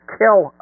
kill